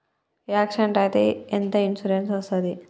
Accident అయితే ఎంత insurance వస్తది?